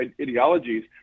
ideologies